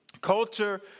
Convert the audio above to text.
Culture